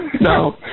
No